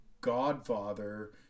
godfather